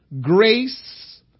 grace